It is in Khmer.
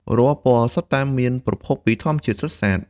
រាល់ពណ៌សុទ្ធតែមានប្រភពពីធម្មជាតិសុទ្ធសាធ។